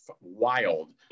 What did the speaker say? wild